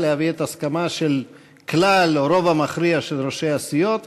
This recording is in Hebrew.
להביא את ההסכמה של כלל או הרוב המכריע של ראשי הסיעות,